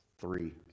Three